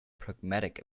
pragmatic